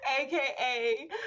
AKA